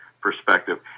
perspective